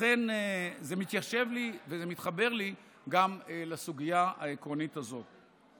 לכן זה מתיישב לי וזה מתחבר לי גם לסוגיה העקרונית הזאת.